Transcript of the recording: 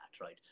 Right